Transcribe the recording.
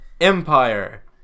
Empire